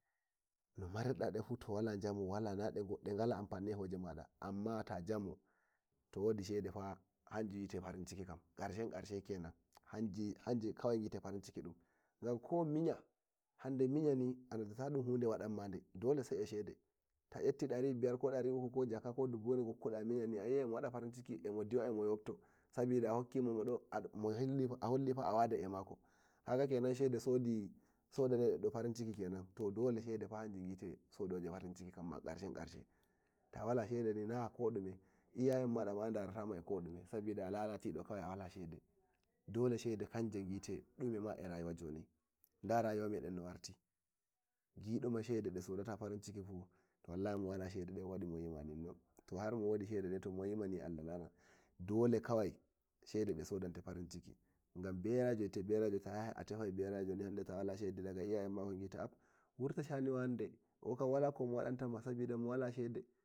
no marirda de fu to wala ƴamuni de gala ampani hoje maɗa amma fa ta jamo wodi shede kam hanjum wite karshen farinciki kam karshen karshe kenan hanje bite farin ciki ɗun kawai ganko biya biya ni a nodata dun wadan ma hude dole sai eh shedeni ta yeti ko dari biyar ko dari uku ko haka ko dubure do kuda miyani ayi ai emo wada farin ciki emo diwa emo yotto sabida ahokki mo a hollififa a wadai e mako kaga kenan shede shodanai dedo dedo farin ciki kan ma karshen karshe ta wala shedeni na'a komi ɗume iyayen mada madarirta ma eko dume sabida alalatida kawai a wala shede dole shede kanje bite ɗumena a joni da raywa meden no warti bidoma shede shodata farin cikini to mo wade kawai wadi mowinanin nun to harmo wodi shede den tomomimani Allah lanam dole kawai shede de de sodate farin ciki gan berajo hauti berajo to yahai a tefai berajo joni hande ta wala shedeni daga iyaye in mako bi'ata ap wurta shani wanɗe okan mowa komo wadan tama sabida mowala shede.